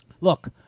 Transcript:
Look